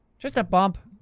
just a bump.